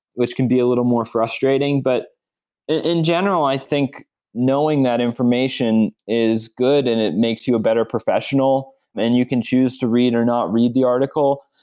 which can be a little more frustrating but in general, i think knowing that information is good and it makes you a better professional and you can choose to read or not read the article.